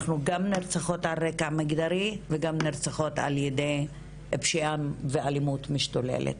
אנחנו גם נרצחות על רקע מגדרי וגם נרצחות על ידי פשיעה ואלימות משתוללת.